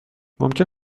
ممکن